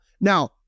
Now